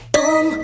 Boom